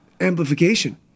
amplification